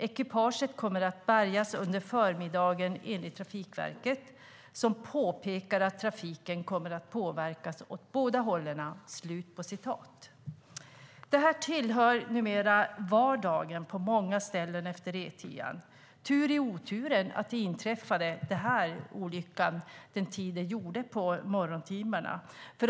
Ekipaget kommer att bärgas under förmiddagen, enligt Trafikverket, som påpekar att trafiken kommer att påverkas åt båda hållen." Detta tillhör numera vardagen på många ställen utefter E10. Det var tur i oturen att olyckan inträffade vid den tid den gjorde under morgontimmarna.